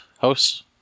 house